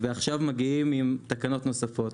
ועכשיו מגיעים עם תקנות נוספות.